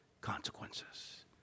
consequences